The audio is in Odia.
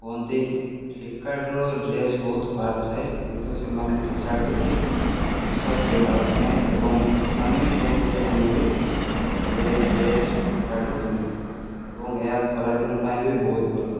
କୁହନ୍ତି ଫ୍ଲିପକାର୍ଟରୁ ଡ୍ରେସ ବହୁତ ଖରାପ ଥାଏ କିନ୍ତୁ ସେମାନେ ଟିସାର୍ଟ ଦେଖିକି ବିଶ୍ୱାସ କରିପାରନ୍ତି ନାହିଁ ଏବଂ ସେମାନେ ବି କୁହନ୍ତି ଯେ ଆମେ ବି ଏବେ ଡ୍ରେସ ଫ୍ଲିପକାର୍ଟରୁ କିଣିବୁ ଏବଂ ଏହା ଖରାଦିନ ପାଇଁ ବି ବହୁତ ଭଲ